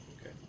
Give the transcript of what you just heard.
Okay